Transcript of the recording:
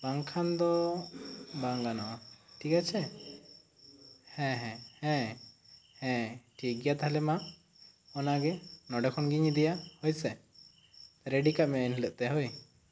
ᱵᱟᱝ ᱠᱷᱟᱱ ᱫᱚ ᱵᱟᱝ ᱜᱟᱱᱚᱜᱼᱟ ᱴᱷᱤᱜᱽ ᱟᱪᱷᱮ ᱦᱮᱸᱦᱮᱸ ᱦᱮᱸ ᱦᱮᱸ ᱴᱷᱤᱠ ᱜᱤᱭᱟ ᱛᱟᱦᱚᱞᱮ ᱢᱟ ᱚᱱᱟ ᱜᱮ ᱱᱚᱸᱰᱮ ᱠᱷᱚᱱ ᱜᱤᱧ ᱤᱫᱤᱭᱟ ᱦᱚᱭ ᱥᱮ ᱨᱮᱰᱤ ᱠᱟᱜ ᱢᱮ ᱮᱱ ᱦᱤᱞᱚᱜ ᱛᱮ ᱦᱳᱭ